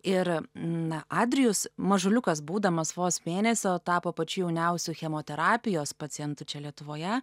ir na adrijus mažuliukas būdamas vos mėnesio tapo pačiu jauniausiu chemoterapijos pacientu čia lietuvoje